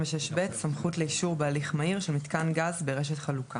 סמכות לאישור בהליך מהיר של מיתקן גז ברשת חלוקה